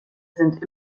sind